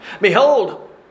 Behold